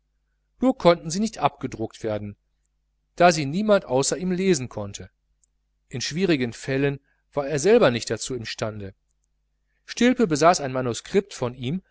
nur konnten sie nicht abgedruckt werden da sie niemand außer ihm lesen konnte in schwierigen fällen war er selber nicht dazu imstande stilpe besaß ein manuskript von ihm